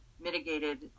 mitigated